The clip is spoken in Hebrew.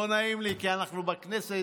לא נעים לי כי אנחנו בכנסת,